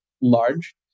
large